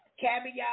caviar